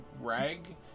Rag